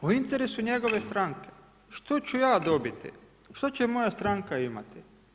U interesu njegove stranke, što ću ja dobiti, što će moja stranka imati.